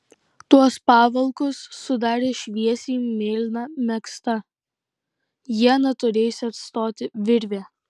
tuos pavalkus sudarė šviesiai mėlyna megzta ieną turėjusi atstoti virvė